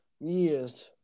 Yes